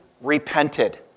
repented